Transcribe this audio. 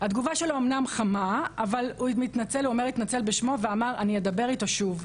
התגובה שלו אמנם חמה אבל הוא מתנצל בשמו ואומר: אני אדבר איתו שוב.